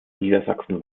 niedersachsen